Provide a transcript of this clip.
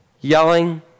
yelling